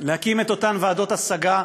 להקים את אותן ועדות השגה,